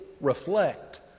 reflect